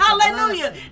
Hallelujah